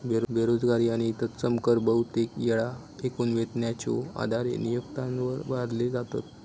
बेरोजगारी आणि तत्सम कर बहुतेक येळा एकूण वेतनाच्यो आधारे नियोक्त्यांवर लादले जातत